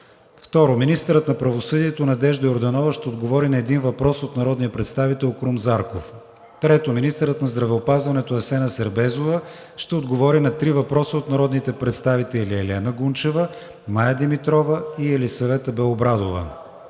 2. Министърът на правосъдието Надежда Йорданова ще отговори на един въпрос от народния представител Крум Зарков. 3. Министърът на здравеопазването Асена Сербезова ще отговори на три въпроса от народните представители Елена Гунчева; Мая Димитрова; и Елисавета Белобрадова.